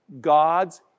God's